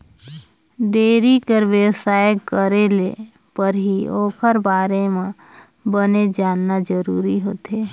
dairy कर बेवसाय करे ले पहिली ओखर बारे म बने जानना जरूरी होथे